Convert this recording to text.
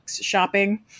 Shopping